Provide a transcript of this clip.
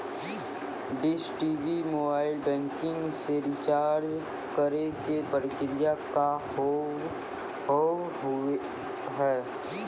Dish TV mobile banking से recharge करे के प्रक्रिया का हाव हई?